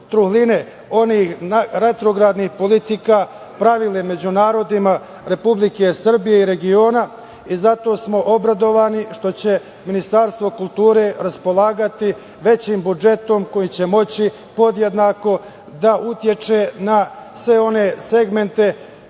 onih retrogradnih politika koje su se pravile među narodima Republike Srbije i regiona. Zato smo obradovani što će Ministarstvo kulture raspolagati većim budžetom kojim će moći podjednako da utiče na sve one segmente